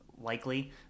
likely